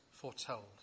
foretold